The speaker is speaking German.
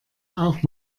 auch